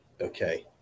okay